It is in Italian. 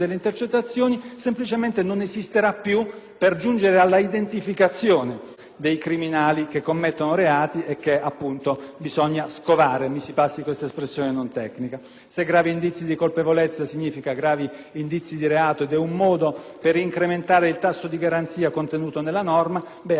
per giungere alla identificazione dei criminali che commettono reati e che, appunto, bisogna scovare, mi si passi questa espressione non tecnica. Se gravi indizi di colpevolezza significa gravi indizi di reato ed è un modo per incrementare il tasso di garanzia contenuto nella norma, allora mettiamoci a discutere e troviamo una formula che sia più adeguata